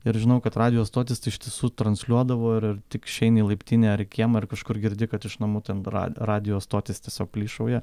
ir žinau kad radijo stotys tai iš tiesų transliuodavo ir ir tik išeini į laiptinę ar į kiemą ar kažkur girdi kad iš namų ten ra radijo stotys tiesiog plyšauja